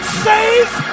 safe